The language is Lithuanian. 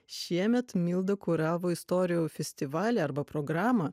šiemet milda kuravo istorijų festivalį arba programą